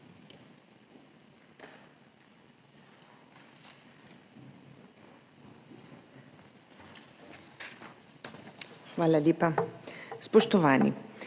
Hvala lepa. Spoštovani!